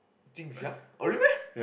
Jin Xiang oh really meh